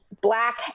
black